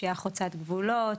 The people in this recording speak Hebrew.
פשיעה חוצת-גבולות,